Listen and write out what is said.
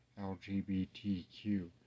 LGBTQ